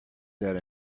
that